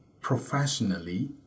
professionally